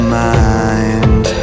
mind